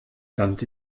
sand